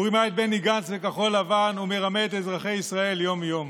הוא רימה את בני גנץ מכחול לבן ומרמה את אזרחי ישראל יום-יום.